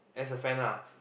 as a friend lah